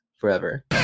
forever